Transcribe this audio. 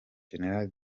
gen